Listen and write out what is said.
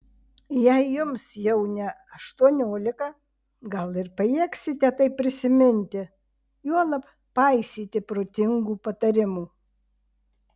jei jums jau ne aštuoniolika gal ir pajėgsite tai prisiminti juolab paisyti protingų patarimų